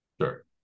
Sure